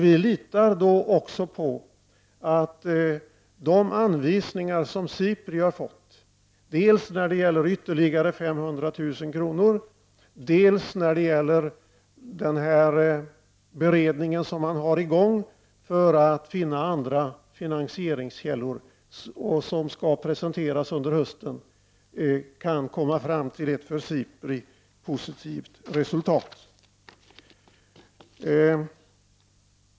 Vi litar på att anvisningarna dels när det gäller ytterligare 500 000 kr., dels när det gäller beredningen som är i gång för att finna andra finansieringskällor och som skall presenteras under hösten kan för SIPRI ge ett positivt resultat.